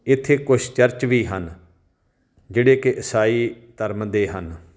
ਇੱਥੇ ਕੁਛ ਚਰਚ ਵੀ ਹਨ ਜਿਹੜੇ ਕਿ ਈਸਾਈ ਧਰਮ ਦੇ ਹਨ